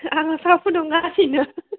आङो साहा फुदुंगासिनो